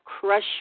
crush